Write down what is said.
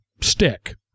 stick